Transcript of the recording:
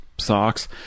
Socks